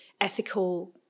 ethical